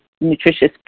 nutritious